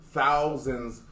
thousands